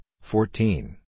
fourteen